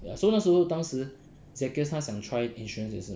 ya so 那时候当时 zakirs 他想 try insurance 也是 mah